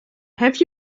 have